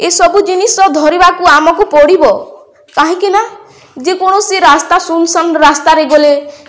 ଏସବୁ ଜିନିଷ ଧରିବାକୁ ଆମକୁ ପଡ଼ିବ କାହିଁକି ନା ଯେକୌଣସି ରାସ୍ତା ସୁନସାନ ରାସ୍ତାରେ ଗଲେ